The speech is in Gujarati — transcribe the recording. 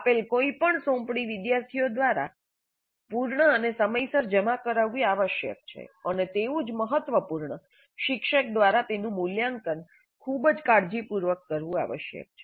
આપેલ કોઈપણ સોંપણી વિદ્યાર્થીઓ દ્વારા પૂર્ણ અને સમયસર જમા કરાવવી આવશ્યક છે અને તેવું જ મહત્વપૂર્ણ શિક્ષક દ્વારા તેનું મૂલ્યાંકન ખૂબ જ કાળજીપૂર્વક કરવું આવશ્યક છે